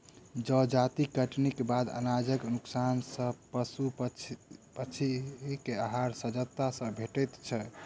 जजाति कटनीक बाद अनाजक नोकसान सॅ पशु पक्षी के आहार सहजता सॅ भेटैत छै